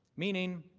meaning,